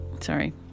sorry